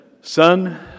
Son